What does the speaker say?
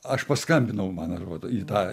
aš paskambinau man atrodo į tą